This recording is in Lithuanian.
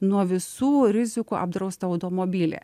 nuo visų rizikų apdraustą automobilį